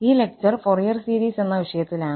ഈ lecture Fourier series എന്ന വിഷയത്തിലാണ്